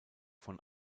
von